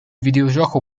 videogioco